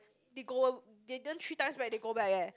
they go they earn three times back when they go back eh